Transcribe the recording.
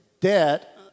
debt